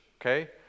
okay